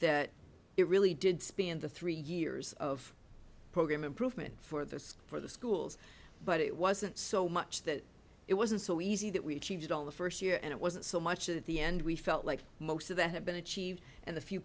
that it really did span the three years of program improvement for the for the schools but it wasn't so much that it wasn't so easy that we achieved on the first year and it wasn't so much at the end we felt like most of that had been achieved and the few